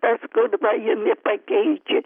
tas kudba jumi pakeičia